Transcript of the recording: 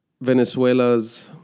Venezuela's